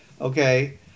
Okay